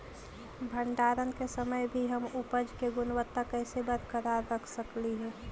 भंडारण के समय भी हम उपज की गुणवत्ता कैसे बरकरार रख सकली हे?